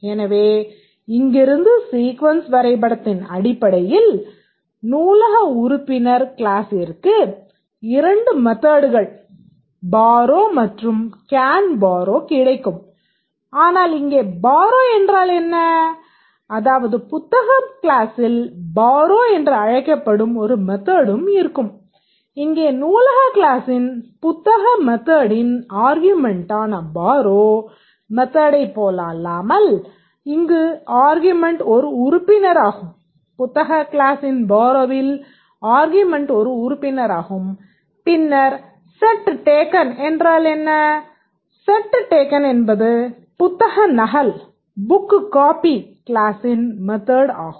எனவே இங்கிருந்து இந்த சீக்வென்ஸ் வரைபடத்தின் அடிப்படையில் நூலக உறுப்பினர் கிளாசிற்கு இரண்டு மெத்தட்கள் பாரோ க்ளாஸின் மெத்தட் ஆகும்